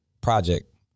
project